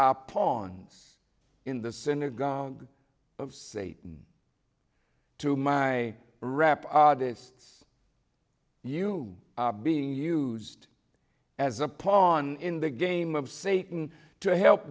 y pawns in the synagogue of satan to my rap artists you are being used as a pawn in the game of satan to help